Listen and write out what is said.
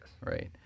Right